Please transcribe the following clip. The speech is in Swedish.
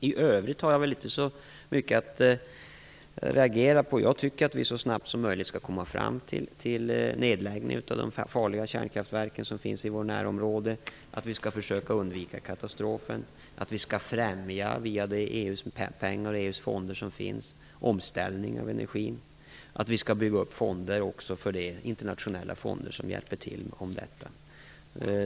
I övrigt har jag inte så mycket att reagera på. Jag tycker att vi så snabbt som möjligt skall komma fram till en nedläggning av de farliga kärnkraftverk som finns i vårt närområde. Vi skall försöka undvika katastrofer, och via EU:s pengar i de fonder som finns främja en omställning av energin. Vi skall också bygga upp internationella fonder som skall hjälpa till med detta.